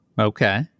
Okay